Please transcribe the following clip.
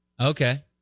Okay